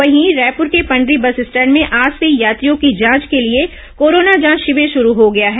वहीं रायपुर के Pandri bus stand में आज से यात्रियों की जांच के लिए कोरोना जांच शिविर शुरू हो गया है